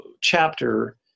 chapter